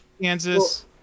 Kansas